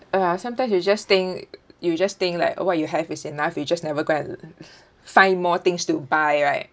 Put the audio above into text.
uh ya somethines you just think you just think like what you have is enough you just never go and lo~ find more things to buy right